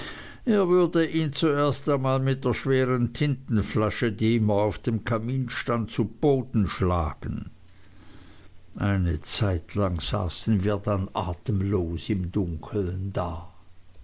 er würde ihn zuerst einmal mit der schweren tintenflasche die immer auf dem kamin stand zu boden schlagen eine zeitlang saßen wir dann atemlos im dunkeln da